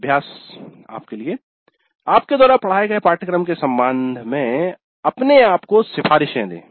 अभ्यास आपके द्वारा पढ़ाए गए पाठ्यक्रम के संबंध में अपने आप को सिफारिशें दें